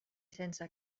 sense